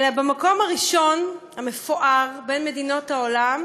אלא במקום הראשון המפואר בין מדינות העולם